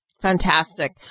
Fantastic